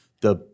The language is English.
the-